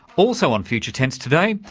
also on future tense today,